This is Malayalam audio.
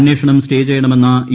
അന്വേഷണം സ്റ്റേ ചെയ്യണമെന്ന ഇ